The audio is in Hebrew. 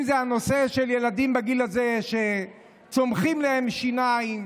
אם זה הנושא של ילדים בגיל הזה שצומחות להם שיניים.